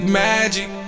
magic